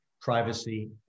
privacy